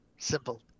Simple